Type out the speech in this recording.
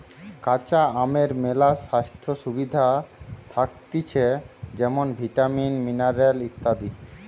কাঁচা আমের মেলা স্বাস্থ্য সুবিধা থাকতিছে যেমন ভিটামিন, মিনারেল ইত্যাদি